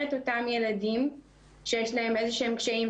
את אותם ילדים שיש להם איזה שהם קשיים,